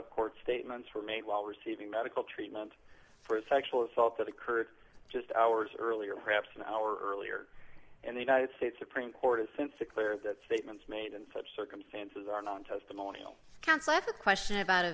of court statements were made while receiving medical treatment for a sexual assault that occurred just hours earlier perhaps an hour earlier and the united states supreme court has since a clear that statements made in such circumstances are known testimonial counsel as a question about